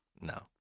No